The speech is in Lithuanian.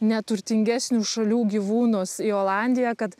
neturtingesnių šalių gyvūnus į olandiją kad